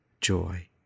joy